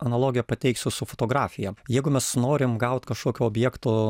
analogiją pateiksiu su fotografija jeigu mes norim gaut kažkokio objekto